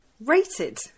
rated